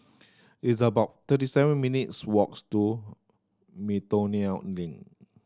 it's about thirty seven minutes' walks to Miltonia Link